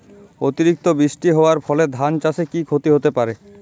অতিরিক্ত বৃষ্টি হওয়ার ফলে ধান চাষে কি ক্ষতি হতে পারে?